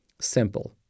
Simple